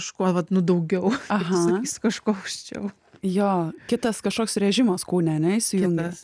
kažkuo vat nu daugiau aha su kažkuo aukščiau jo kitas kažkoks režimas kūne ane įsijungęs kitas